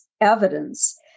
evidence